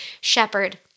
shepherd